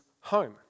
home